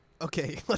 Okay